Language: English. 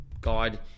guide